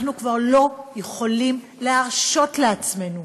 אנחנו כבר לא יכולים להרשות לעצמנו,